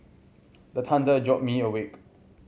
the thunder jolt me awake